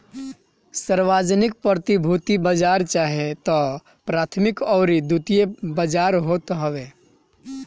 सार्वजानिक प्रतिभूति बाजार चाहे तअ प्राथमिक अउरी द्वितीयक बाजार होत हवे